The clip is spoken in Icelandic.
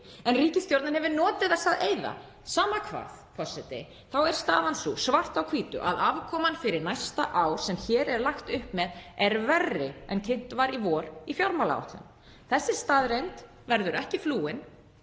en ríkisstjórnin hefur notið þess að eyða — sama hvað, forseti, þá er staðan sú svart á hvítu að afkoman fyrir næsta ár, sem hér er lagt upp með, er verri en kynnt var í fjármálaáætlun í vor. Þessi staðreynd verður ekki flúin.